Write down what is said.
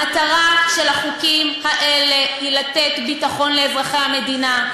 המטרה של החוקים האלה היא לתת ביטחון לאזרחי המדינה,